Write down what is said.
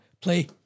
Play